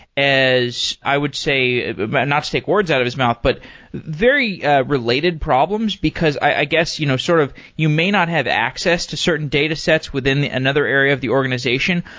as i would say not to take words out of his mouth, but very related problems. because i guess, you know sort of you may not have access to certain datasets within another of the organization.